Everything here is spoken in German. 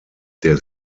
der